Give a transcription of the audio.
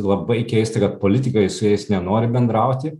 labai keista kad politikai su jais nenori bendrauti